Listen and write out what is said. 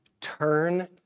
turn